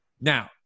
Now